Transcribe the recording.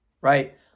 right